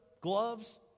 gloves